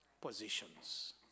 positions